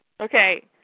Okay